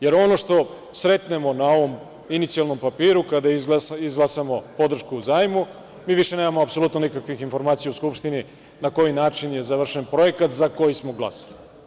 Jer, ono što sretnemo na ovom inicijalnom papiru, kada izglasamo podršku zajmu, mi više nemamo apsolutno nikakvih informacija u Skupštini, na koji način je završen projekata za koji smo glasali.